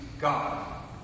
God